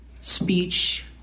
speech